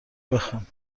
بخون